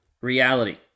reality